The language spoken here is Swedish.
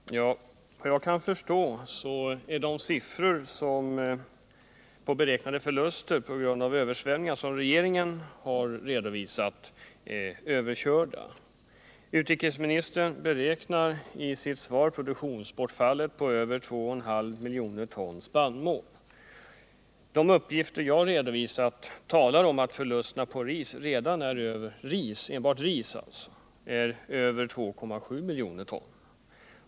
Herr talman! Vad jag kan förstå är de siffror som regeringen har redovisat på beräknade förluster till följd av översvämningarna överkörda. I utrikesministerns svar beräknas produktionsbortfallet till 2,5 miljoner ton spannmål. De uppgifter jag har redovisat talar om att förlusterna enbart i fråga om ris uppgår till över 2,7 miljoner ton.